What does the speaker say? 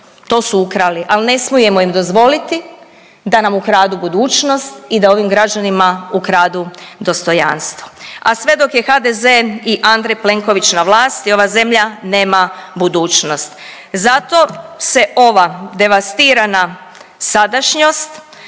To su ukrali, al ne smijemo im dozvoliti da nam ukradu budućnost i da ovim građanima ukradu dostojanstvo, a sve dok je HDZ i Andrej Plenković na vlasti ova zemlja nema budućnost. Zato se ova devastirana sadašnjost